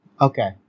okay